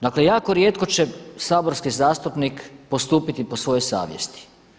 Dakle jako rijetko će saborski zastupnik postupiti po svojoj savjesti.